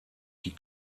die